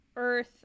earth